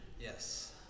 Yes